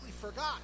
forgot